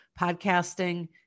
Podcasting